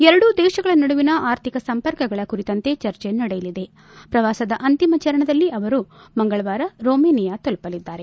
ಎರಡೂ ದೇಶಗಳ ನಡುವಿನ ಅರ್ಥಿಕ ಸಂಪರ್ಕಗಳ ಕುರಿತಂತೆ ಚರ್ಚೆ ನಡೆಯಲಿದೆ ಪ್ರವಾಸದ ಅಂತಿಮ ಚರಣದಲ್ಲಿ ಅವರು ಮಂಗಳವಾರ ರೊಮಾನಿಯಾ ತಲುಪಲಿದ್ದಾರೆ